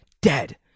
dead